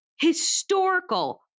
historical